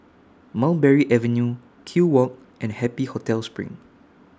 Mulberry Avenue Kew Walk and Happy Hotel SPRING